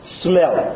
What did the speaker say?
smell